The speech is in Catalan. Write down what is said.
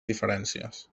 diferències